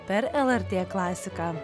per lrt klasiką